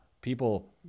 people